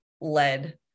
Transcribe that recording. led